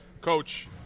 coach